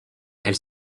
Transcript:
elle